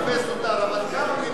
ההצעה שלך ברורה,